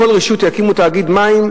בכל רשות יקימו תאגיד מים.